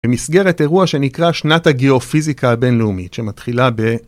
במסגרת אירוע שנקרא שנת הגיאופיזיקה הבינלאומית שמתחילה ב-